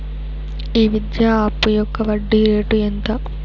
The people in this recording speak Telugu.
ఈ విద్యా అప్పు యొక్క వడ్డీ రేటు ఎంత?